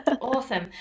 awesome